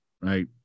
right